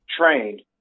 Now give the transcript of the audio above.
trained